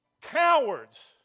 Cowards